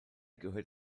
gehört